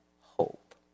hope